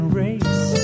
race